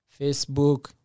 Facebook